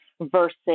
Versus